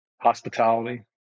hospitality